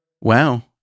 Wow